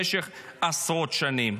במשך עשרות שנים.